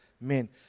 men